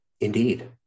Indeed